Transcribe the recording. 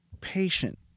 patient